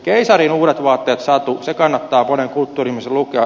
keisarin uudet vaatteet satu kannattaa monen kulttuuri ihmisen lukea